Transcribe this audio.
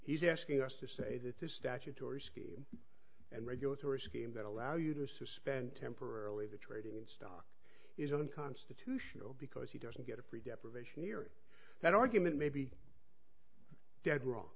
he's asking us to say that the statutory scheme and regulatory scheme that allow you to suspend temporarily the trading and stuff is unconstitutional because he doesn't get a free depravation here that argument may be dead wrong